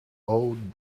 old